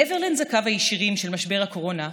מעבר לנזקיו הישירים של משבר הקורונה,